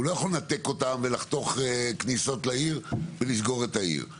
הוא לא יכול לנתק אותה ולחתוך כניסות לעיר ולסגור את העיר.